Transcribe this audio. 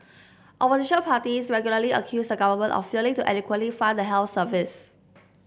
opposition parties regularly accuse the government of failing to adequately fund the health service